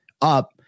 up